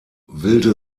wilde